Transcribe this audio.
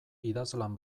idazlan